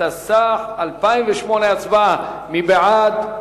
התשס"ח 2008. הצבעה, מי בעד?